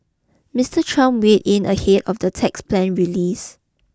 Mister Trump weigh in ahead of the tax plan release